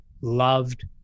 loved